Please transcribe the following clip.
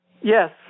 Yes